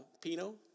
Pino